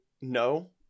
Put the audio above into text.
no